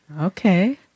Okay